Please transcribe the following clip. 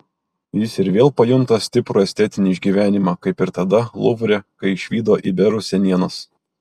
jis ir vėl pajunta stiprų estetinį išgyvenimą kaip ir tada luvre kai išvydo iberų senienas